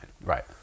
Right